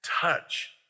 touch